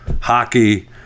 hockey